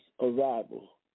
arrival